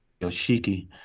Yoshiki